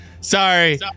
sorry